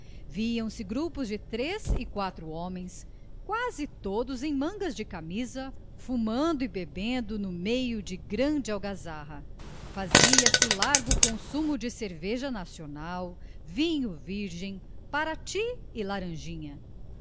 viam-se grupos de três e quatro homens quase todos em mangas de camisa fumando e bebendo no meio de grande algazarra fazia-se largo consumo de cerveja nacional vinho virgem parati e laranjinha